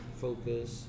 focus